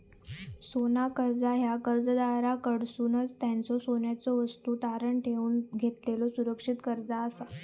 सोना कर्जा ह्या कर्जदाराकडसून त्यांच्यो सोन्याच्यो वस्तू तारण ठेवून घेतलेलो सुरक्षित कर्जा असा